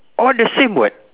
all the same [what]